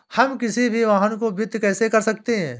हम किसी भी वाहन को वित्त कैसे कर सकते हैं?